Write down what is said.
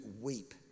weep